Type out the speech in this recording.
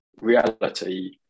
reality